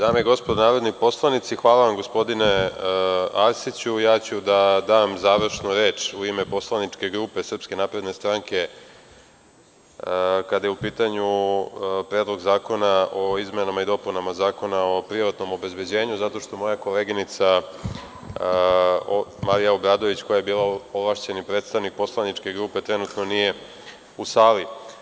Dame i gospodo narodni poslanici, hvala vam gospodine Arsiću, ja ću da dam završnu reč u ime poslaničke grupe SNS kada je u pitanju Predlog zakona o izmenama i dopunama Zakona o privatnom obezbeđenju zato što moja koleginica Marija Obradović, koja je bila ovlašćeni predstavnik poslaničke grupe, trenutno nije u sali.